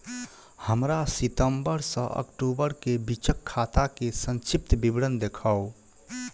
हमरा सितम्बर सँ अक्टूबर केँ बीचक खाता केँ संक्षिप्त विवरण देखाऊ?